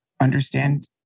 understand